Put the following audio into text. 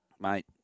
Mate